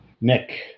Nick